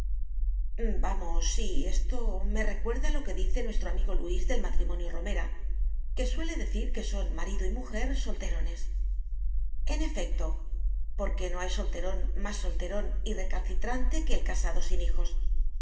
vamos sí esto me recuerda lo que dice nuestro amigo luis del matrimonio romera que suele decir que son marido y mujer solterones en efecto porque no hay solterón más solterón y recalcitrante que el casado sin hijos